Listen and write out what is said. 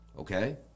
Okay